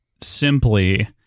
simply